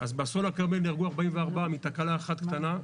אז באסון הכרמל נהרגו 44 מתקלה אחת קטנה,